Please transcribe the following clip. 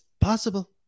possible